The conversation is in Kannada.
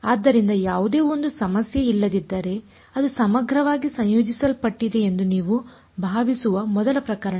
ಆದ್ದರಿಂದ ಯಾವುದೇ ಒಂದು ಸಮಸ್ಯೆಯಿಲ್ಲದಿದ್ದರೆ ಅದು ಸಮಗ್ರವಾಗಿ ಸಂಯೋಜಿಸಲ್ಪಟ್ಟಿದೆ ಎಂದು ನೀವು ಭಾವಿಸುವ ಮೊದಲ ಪ್ರಕರಣ